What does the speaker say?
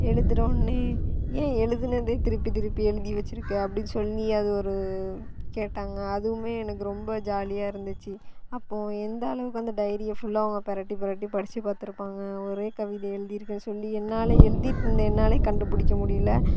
எழுதுனோன்னே ஏன் எழுதுன்னதே திருப்பி திருப்பி எழுதி வச்சிருக்க அப்படின்னு சொல்லி அது ஒரு கேட்டாங்க அதுவுமே எனக்கு ரொம்ப ஜாலியாருந்துச்சி அப்போது எந்தளவுக்கு அந்த டைரியை ஃபுல்லாக அவங்க புறட்டி புறட்டி படித்து பார்த்துருப்பாங்க ஒரே கவிதை எழுதிருக்கேன் சொல்லி என்னால் எழுதிட்டுருந்த என்னால் கண்டுப்பிடிக்க முடியல்ல